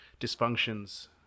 dysfunctions